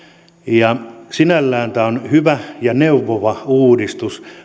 sinällään tämä on hankkijoita kohtaan hyvä ja neuvova uudistus